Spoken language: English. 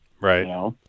Right